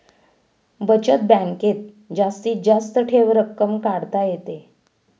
बचत बँकेत जास्तीत जास्त ठेव रक्कम काढता येते